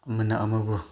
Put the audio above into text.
ꯑꯃꯅ ꯑꯃꯕꯨ